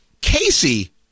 Casey